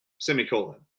semicolon